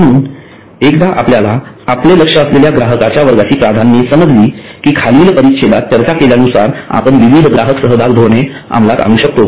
म्हणून एकदा आपल्याला आपले लक्ष असलेल्या ग्राहकाच्या वर्गाची प्राधान्ये समजली कि खालील परिच्छेदात चर्चा केल्यानुसार आपण विविध ग्राहक सहभाग धोरणे अमलात आणू शकतो